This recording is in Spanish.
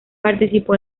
participó